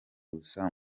gusa